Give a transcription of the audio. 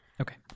Okay